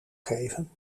geven